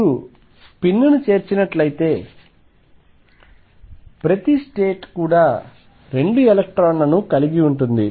మీరు స్పిన్ను చేర్చినట్లయితేప్రతి స్టేట్ కూడా రెండు ఎలక్ట్రాన్లను కలిగి ఉంటుంది